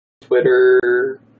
Twitter